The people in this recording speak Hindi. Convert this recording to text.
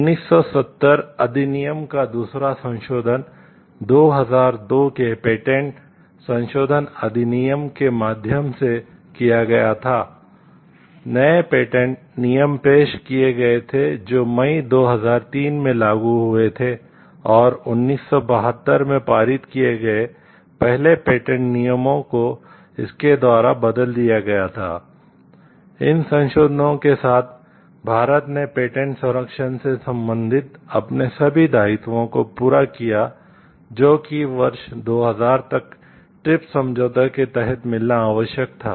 1970 अधिनियम का दूसरा संशोधन 2002 के पेटेंट समझौते के तहत मिलना आवश्यक था